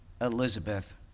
Elizabeth